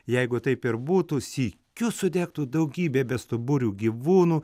jeigu taip ir būtų sykiu sudegtų daugybė bestuburių gyvūnų